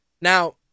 Now